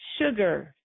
sugar